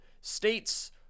states